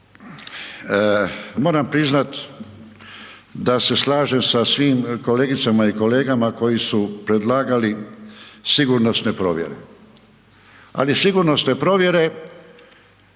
moram priznat da se slažem sa svim kolegicama i kolegama koji su predlagali sigurnosne provjere, ali sigurnosne provjere